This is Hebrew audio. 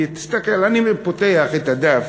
כי תסתכל, אני פותח את הדף,